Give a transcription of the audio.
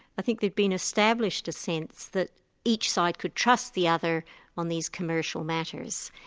i think there'd been established a sense that each side could trust the other on these commercial matters.